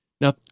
Now